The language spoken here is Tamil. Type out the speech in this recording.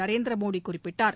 நரேந்திர மோடி குறிப்பிட்டார்